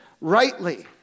Rightly